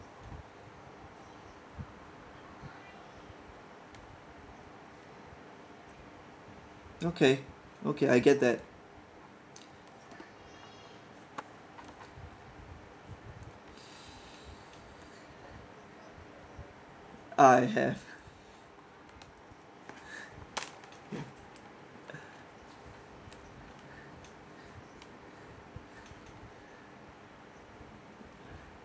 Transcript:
okay okay I get that I have